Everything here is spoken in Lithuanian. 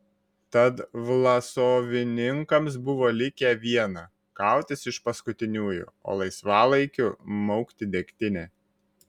tad vlasovininkams buvo likę viena kautis iš paskutiniųjų o laisvalaikiu maukti degtinę